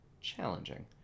Challenging